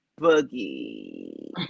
Boogie